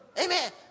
Amen